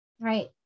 Right